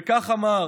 וכך אמר